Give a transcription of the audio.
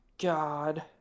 God